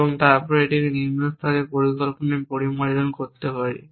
এবং তারপরে এটিকে নিম্ন স্তরের পরিকল্পনায় পরিমার্জন করতে পারি